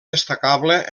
destacable